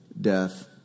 death